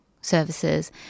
services